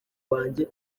wanjye